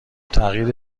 تغییر